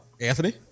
Anthony